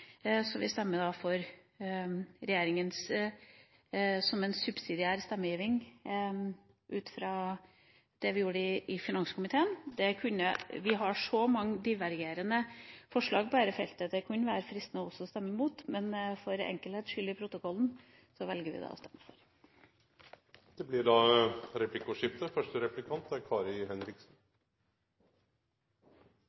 så vi stemmer da for regjeringspartienes innstilling, som en subsidiær stemmegivning ut fra det vi gjorde i finanskomiteen. Vi har så mange divergerende forslag på dette feltet at det også kunne vært fristende å stemme mot, men for enkelhets skyld i protokollen velger vi å stemme for. Det blir replikkordskifte. Når jeg leser Venstres budsjett, mener jeg at det er